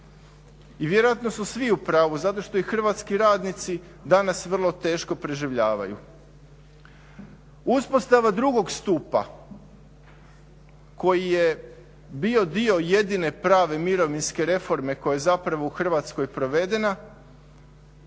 I vjerojatno su svi u pravu zato što i hrvatski radnici danas vrlo teško preživljavaju. Uspostava drugog stupa koji je bio dio jedine prave mirovinske reforme koja je zapravo u Hrvatskoj provedena,